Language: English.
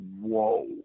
Whoa